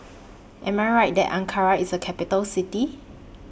Am I Right that Ankara IS A Capital City